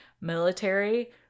Military